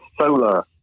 solar